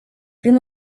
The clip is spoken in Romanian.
prin